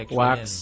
wax